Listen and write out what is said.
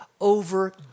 over